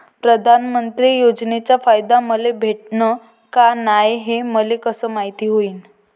प्रधानमंत्री योजनेचा फायदा मले भेटनं का नाय, हे मले कस मायती होईन?